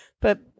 but-